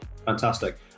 Fantastic